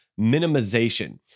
minimization